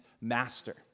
master